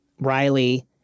Riley